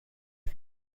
کنم